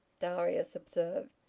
darius observed.